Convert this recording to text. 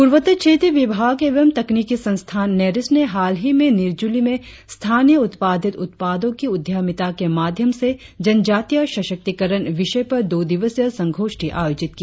पूर्वोत्तर क्षेत्रीय विभाग एवं तकनिकी संस्थान नेरिस्ट ने हाल ही में निरजुली में स्थानीय उत्पादित उत्पादों की उद्यमिता के माध्यम से जनजातिय सशक्तिकरण विषय पर दो दिवसीय संगोष्ठी आयोजित की